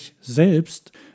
Selbst